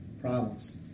problems